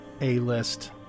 A-list